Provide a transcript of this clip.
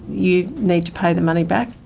you need to pay the money back.